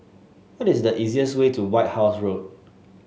what is the easiest way to White House Road